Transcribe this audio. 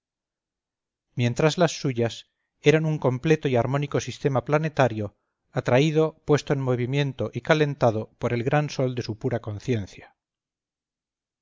mientras las suyas eran un completo y armónico sistema planetario atraído puesto en movimiento y calentado por el gran sol de su pura conciencia